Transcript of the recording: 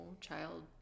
child